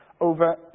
Over